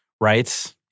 Rights